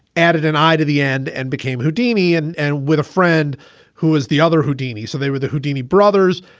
added an eye to the end and became houdini. and and with a friend who is the other houdini. so they were the houdini brothers.